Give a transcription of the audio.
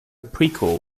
prequel